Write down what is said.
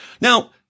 Now